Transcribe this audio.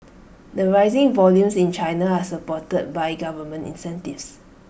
the rising volumes in China are supported by government incentives